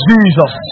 Jesus